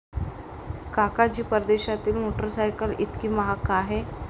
काका जी, परदेशातील मोटरसायकल इतकी महाग का आहे?